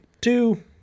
Two